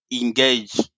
engage